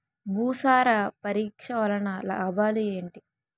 భూసార పరీక్ష వలన లాభాలు ఏంటి?